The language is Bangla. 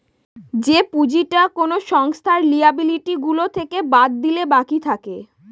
যে পুঁজিটা কোনো সংস্থার লিয়াবিলিটি গুলো থেকে বাদ দিলে বাকি থাকে